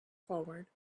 forward